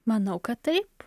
manau kad taip